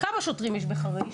כמה שוטרים יש בעיר חריש?